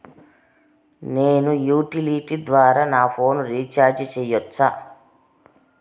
నేను యుటిలిటీ ద్వారా నా ఫోను రీచార్జి సేయొచ్చా?